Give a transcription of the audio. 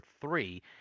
three